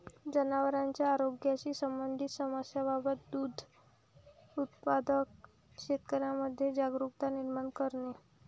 जनावरांच्या आरोग्याशी संबंधित समस्यांबाबत दुग्ध उत्पादक शेतकऱ्यांमध्ये जागरुकता निर्माण करणे